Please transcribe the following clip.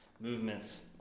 Movements